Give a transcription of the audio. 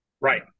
Right